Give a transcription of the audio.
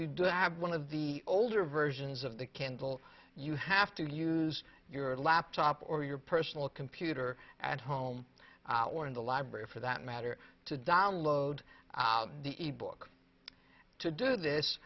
you do have one of the older versions of the candle you have to use your laptop or your personal computer at home or in the library for that matter to download the e book to do this